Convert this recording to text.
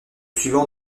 suivant